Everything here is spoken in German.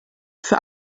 für